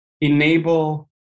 enable